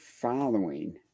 following